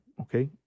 okay